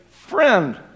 friend